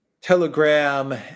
Telegram